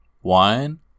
one